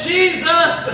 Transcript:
Jesus